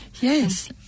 Yes